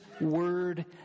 word